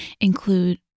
include